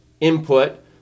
input